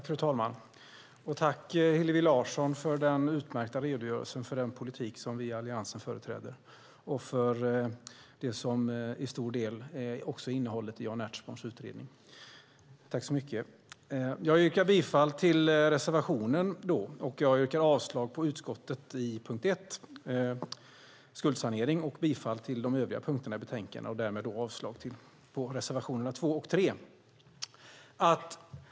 Fru talman! Tack, Hillevi Larsson, för den utmärkta redogörelsen för den politik som vi i Alliansen företräder och för det som till stor del också är innehållet i Jan Ertsborns utredning! Jag yrkar bifall till reservation 1 och avslag på utskottets förslag under punkt 1 om skuldsanering, och jag yrkar bifall till övriga punkter i betänkandet och därmed avslag på reservationerna 2 och 3.